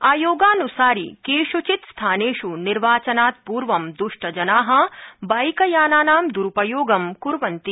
आयोगानुसारि केषुचिद् स्थानेष् निर्वाचनात् पूर्व दुष्टजनाः बाइकयानानां दुरुपयोगं कुर्वन्ति